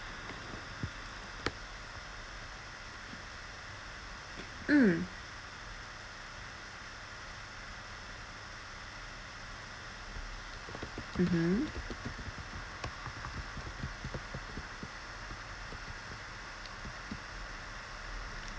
mm mmhmm